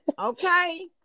Okay